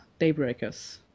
Daybreakers